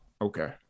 okay